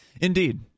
Indeed